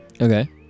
Okay